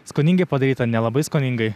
skoningai padaryta nelabai skoningai